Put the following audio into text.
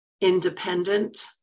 independent